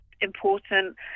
important